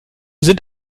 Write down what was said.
sind